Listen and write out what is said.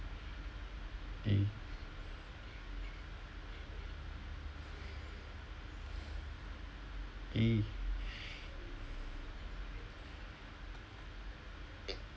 !ee! !ee!